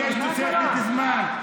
אני מבקש תוספת זמן.